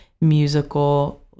musical